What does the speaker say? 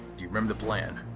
you remember the plan?